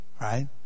Right